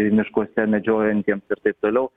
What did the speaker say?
miškuose medžiojantiems ir taip toliau